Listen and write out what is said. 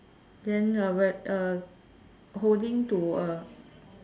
then uh w~ uh holding to a